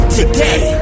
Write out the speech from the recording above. today